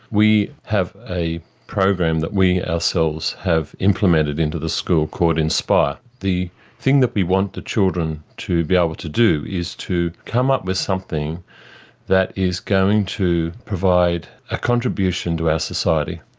we have a program that we ourselves have implemented into the school called inspire. the thing that we want the children to be able to do is to come up with something that is going to provide a contribution to our society.